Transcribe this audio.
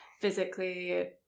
physically